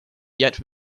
yet